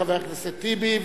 חבר הכנסת טיבי.